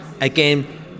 again